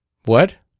what!